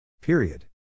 Period